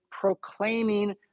proclaiming